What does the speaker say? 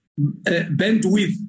bandwidth